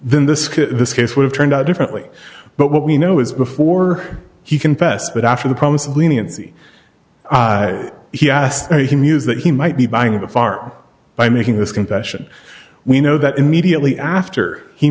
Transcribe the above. then this this case would have turned out differently but what we know is before he confessed but after the promise leniency he asked he mused that he might be buying a far by making this confession we know that immediately after he